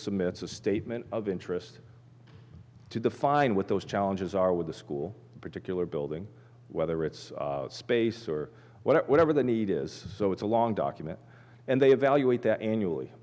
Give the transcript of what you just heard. submits a statement of interest to define what those challenges are with the school particular building whether it's space or whatever the need is so it's a long document and they evaluate that annually